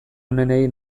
onenei